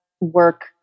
work